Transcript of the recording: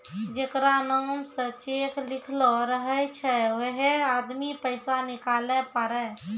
जेकरा नाम से चेक लिखलो रहै छै वैहै आदमी पैसा निकालै पारै